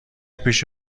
پیش